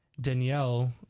Danielle